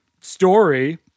story